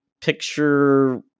picture